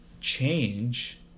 change